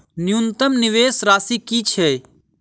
न्यूनतम निवेश राशि की छई?